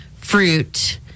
fruit